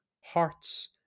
hearts